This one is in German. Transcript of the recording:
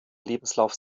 lebenslauf